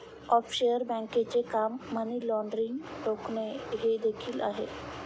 offshore बँकांचे काम money laundering रोखणे हे देखील आहे